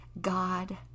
God